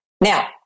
Now